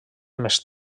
més